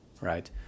right